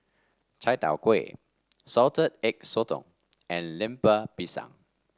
Chai Tow Kway Salted Egg Sotong and Lemper Pisang